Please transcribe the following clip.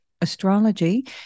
astrology